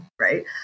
right